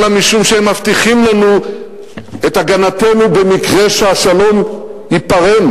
אלא משום שהם מבטיחים לנו את הגנתנו במקרה שהשלום ייפרם,